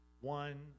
One